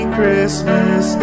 Christmas